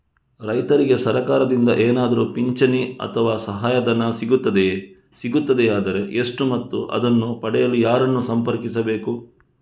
ರೈತರಿಗೆ ಸರಕಾರದಿಂದ ಏನಾದರೂ ಪಿಂಚಣಿ ಅಥವಾ ಸಹಾಯಧನ ಸಿಗುತ್ತದೆಯೇ, ಸಿಗುತ್ತದೆಯಾದರೆ ಎಷ್ಟು ಮತ್ತು ಅದನ್ನು ಪಡೆಯಲು ಯಾರನ್ನು ಸಂಪರ್ಕಿಸಬೇಕು?